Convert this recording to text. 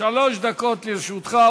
שלוש דקות לרשותך,